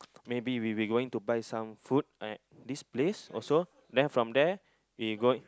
maybe we we going to buy some food at this place also then from there we going